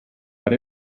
but